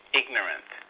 ignorant